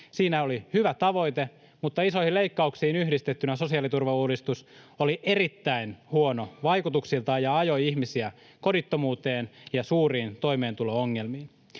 Siinä oli hyvä tavoite, mutta isoihin leikkauksiin yhdistettynä sosiaaliturvauudistus oli erittäin huono vaikutuksiltaan ja ajoi ihmisiä kodittomuuteen ja suuriin toimeentulo-ongelmiin.